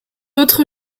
autre